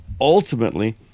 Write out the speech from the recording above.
Ultimately